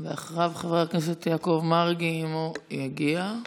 אחריו, חבר הכנסת יעקב מרגי, אם הוא יגיע.